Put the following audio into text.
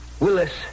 Willis